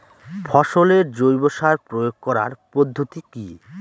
ফসলে জৈব সার প্রয়োগ করার পদ্ধতি কি?